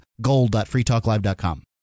gold.freetalklive.com